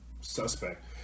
suspect